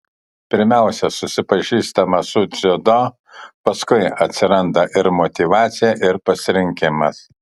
pirmiausia susipažįstama su dziudo paskui atsiranda ir motyvacija ir pasirinkimas